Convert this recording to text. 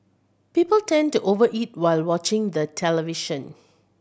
people tend to over eat while watching the television